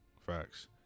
Facts